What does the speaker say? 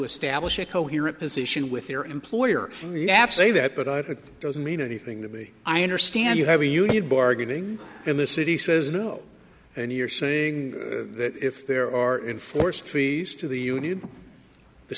establish a coherent position with their employer in riyadh say that but doesn't mean anything to me i understand you have a union bargaining in the city says no and you're saying that if there are in force trees to the union the